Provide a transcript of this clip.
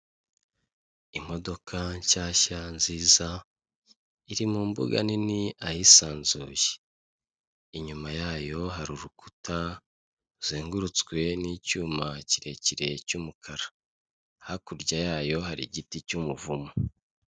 Imodoka nshyashya, nziza, iri mu mbuga nini, ahisanzuye. Inyuma yayo hari urukuta ruzengurutswe n'icyuma kirekire cy'umukara. Hakurya yayo hari igiti cy'umuvumu.